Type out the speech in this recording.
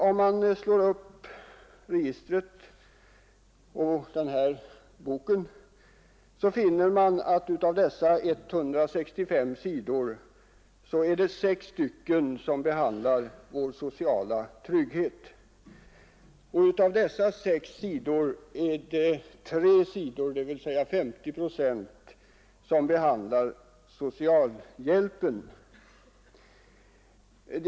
Om man slår upp registret till den här boken, finner man att av dessa 165 sidor är det sex som behandlar vår sociala trygghet. Av dessa sex sidor är det tre sidor, dvs. 50 procent av hela antalet, som behandlar socialhjälpen.